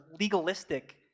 legalistic